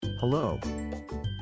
Hello